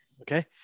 Okay